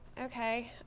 okay,